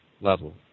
level